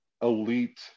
elite